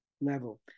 level